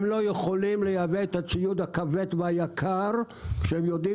הם לא יכולים לייבא את הציוד הכבד והיקר כשהם יודעים